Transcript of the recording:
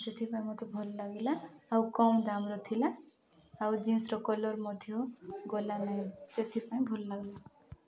ସେଥିପାଇଁ ମୋତେ ଭଲ ଲାଗିଲା ଆଉ କମ୍ ଦାମର ଥିଲା ଆଉ ଜିନ୍ସର କଲର୍ ମଧ୍ୟ ଗଲା ନାହିଁ ସେଥିପାଇଁ ଭଲ ଲାଗିଲା